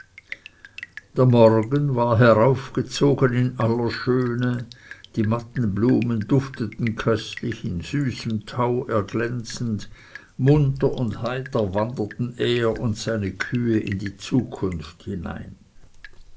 der morgen war heraufgezogen in aller schöne die mattenblumen dufteten köstlich in süßem tau erglänzend munter und heiter wanderten er und seine kühe in die zukunft hinein